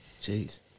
Jeez